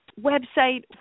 website